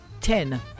ten